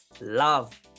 love